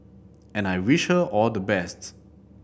and I wish her all the best